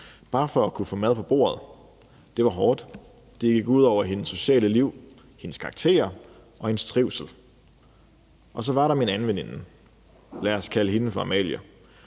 bare for at kunne få mad på bordet. Det var hårdt. Det gik ud over hendes sociale liv, hendes karakterer og hendes trivsel. Så var der min anden veninde – lad os kalde hende for Amalie.